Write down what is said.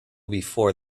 before